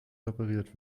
repariert